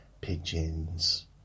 pigeons